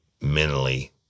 mentally